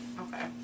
okay